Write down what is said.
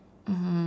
mmhmm